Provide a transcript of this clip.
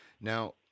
Now